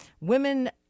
women